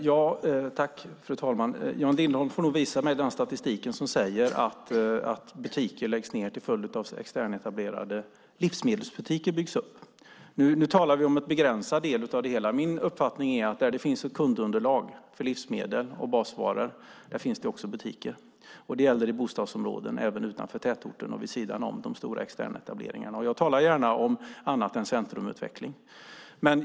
Fru talman! Jan Lindholm får nog visa mig den statistik som säger att butiker läggs ned till följd av externetablerade livsmedelsbutiker. Nu talar vi om en begränsad del av det hela. Min uppfattning är att där det finns ett kundunderlag för livsmedel och basvaror där finns det också butiker. Det gäller i bostadsområden även utanför tätorten och vid sidan av de stora externetableringarna. Jag talar gärna om annat än centrumutveckling.